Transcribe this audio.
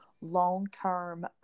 long-term